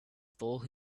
told